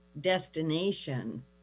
destination